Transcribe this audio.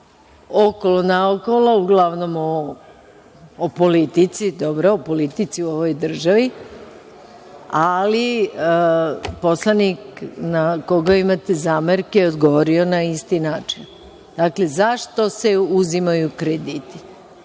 okolo-naokolo, uglavnom o politici u ovoj državi, ali poslanik na koga ima zamerke odgovorio je na isti način. Dakle, zašto se uzimaju krediti?